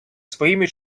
своїми